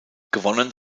gewonnen